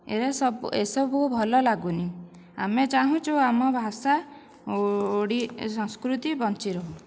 ଏରା ସବୁ ଏ ସବୁ ଭଲ ଲାଗୁନି ଆମେ ଚାହୁଁଛୁ ଆମ ଭାଷା ସଂସ୍କୃତି ବଞ୍ଚି ରହୁ